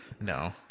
No